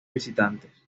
visitantes